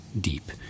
deep